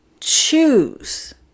choose